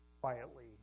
Quietly